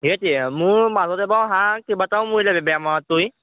সেইটোৱে মোৰ মাজতে বাৰু হাঁহ কেইবাটাও মৰিলে বেমাৰত পৰি